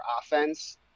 offense